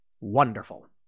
Wonderful